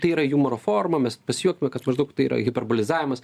tai yra jumoro forma mes pasijuokime kad maždaug tai yra hiperbolizavimas